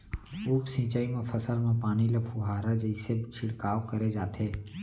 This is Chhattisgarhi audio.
उप सिंचई म फसल म पानी ल फुहारा जइसे छिड़काव करे जाथे